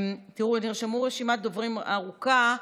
תראו, נרשמה רשימת דוברים ארוכה.